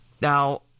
Now